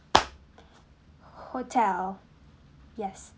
hotel yes